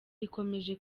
ikomeje